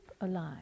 alive